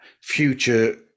future